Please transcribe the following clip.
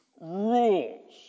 rules